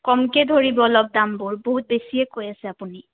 কমকে ধৰিব অলপ দামবোৰ বহুত বেছিয়ে কৈ আছে আপুনি